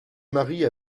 marie